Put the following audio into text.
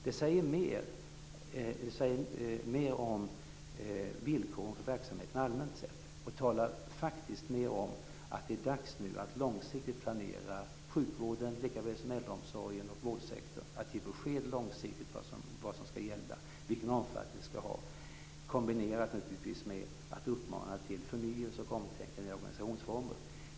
Detta säger mer om villkoren för verksamheten allmänt sett och talar faktiskt mer om att det nu är dags att långsiktigt planera sjukvården, lika väl som äldreomsorgen och vårdsektorn, och att ge besked långsiktigt om vad som skall gälla - vilken omfattning det skall vara, naturligtvis kombinerat med en uppmaning till förnyelse och omtänkande när det gäller organisationsformer.